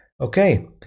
Okay